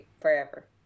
forever